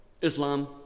Islam